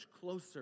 closer